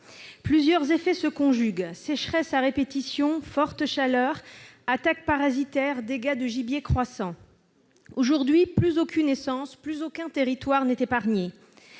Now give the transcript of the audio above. Plusieurs effets se conjuguent : sécheresses à répétition, fortes chaleurs, attaques parasitaires, dégâts de gibiers croissants ... Aujourd'hui, plus aucune essence, plus aucun territoire n'est épargné.